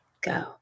go